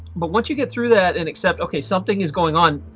but once you get through that and accept okay something is going on.